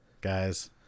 Guys